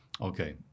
Okay